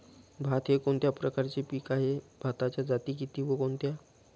भात हे कोणत्या प्रकारचे पीक आहे? भाताच्या जाती किती व कोणत्या?